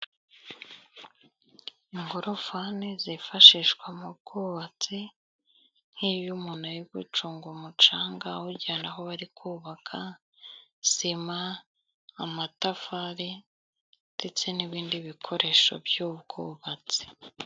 Ingorofani zifashishwa mu bwubatsi nk'iyo umuntu ari gucunga umucanga awujyana aho bari kubaka, sima ,amatafari ndetse n'ibindi bikoresho by'ubwubatsi.